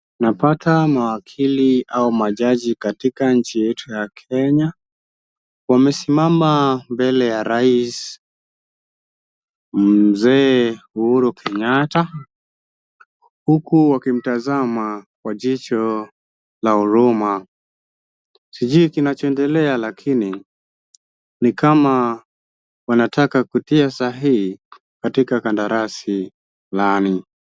Napata mawakili au majaji katika nchi yetu ya Kenya. Wamesimama mbele ya rais Mzee Uhuru Kenyatta, huku wakimtazama kwa jicho la huruma. Sijui kinachoendelea lakini ni kama wanataka kutia sahihi katika kandarasi fulani.